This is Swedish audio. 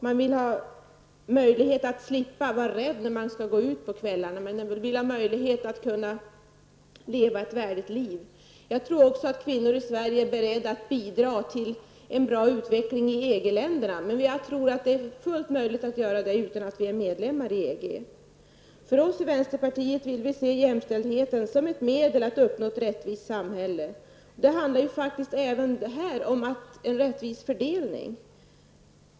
Man vill slippa vara rädd när man skall gå ut på kvällarna. Man vill ha möjlighet att leva ett värdigt liv. Jag tror också att kvinnor i Sverige är beredda att bidra till en bra utveckling i EG-länderna, men jag tror att det är fullt möjligt att göra detta utan att vi är medlemmar i EG. Vi i vänsterpartiet vill se jämställdheten som ett medel att uppnå ett rättvist samhälle. Även jämställdheten handlar ju faktiskt om en rättvis fördelning.